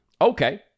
okay